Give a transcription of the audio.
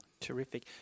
Terrific